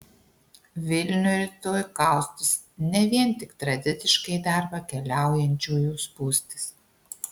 vilnių rytoj kaustys ne vien tik tradiciškai į darbą keliaujančiųjų spūstys